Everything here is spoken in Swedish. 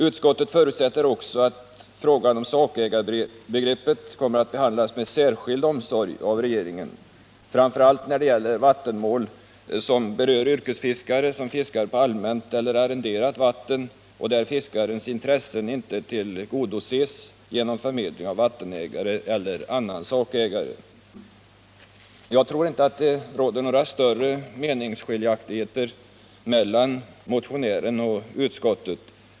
Utskottet förutsätter också att frågan om sakägarbegreppet kommer att behandlas med särskild omsorg av regeringen, framför allt när det gäller vattenmål som berör yrkesfiskare som fiskar på allmänt eller arrenderat vatten och där fiskarens intressen inte tillgodoses genom förmedling av vattenägaren eller annan sakägare. Jag tror inte det råder någon större meningsskiljaktighet mellan motionären och utskottet.